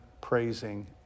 praising